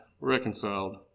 reconciled